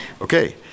Okay